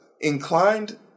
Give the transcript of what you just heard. inclined